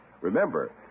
Remember